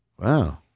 Wow